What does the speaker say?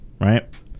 right